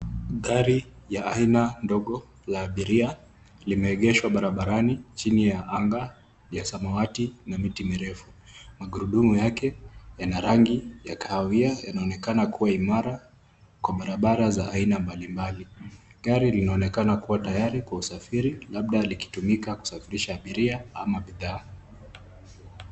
Gari ya aina ndogo la abiria limeegeshwa barabarani chini ya anga ya samawati na miti mirefu. Magurudumu yake yana rangi ya kahawia yanaonekana kuwa imara kwa barabara za aina mbalimbali. Gari linaonekana kuwa tayari kwa usafiri, labda likitumika kusafirisha abiria ama bidhaa.